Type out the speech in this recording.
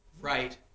right